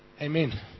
Amen